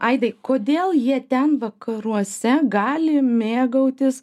aidai kodėl jie ten vakaruose gali mėgautis